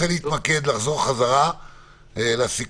אני רוצה לחזור חזרה לסיכום.